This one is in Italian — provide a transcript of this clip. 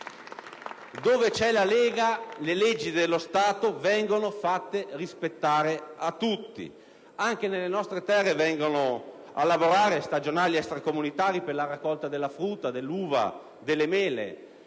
Dove c'è la Lega, le leggi dello Stato vengono fatte rispettare a tutti; anche nelle nostre terre vengono a lavorare stagionali extracomunitari per la raccolta della frutta, dell'uva e delle mele,